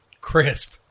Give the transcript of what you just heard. Crisp